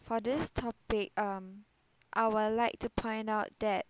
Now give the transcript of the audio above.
for this topic um I would like to point out that